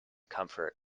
comfort